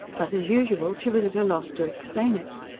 but, as usual, she was at a loss to explain it.